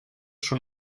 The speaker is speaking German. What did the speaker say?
schon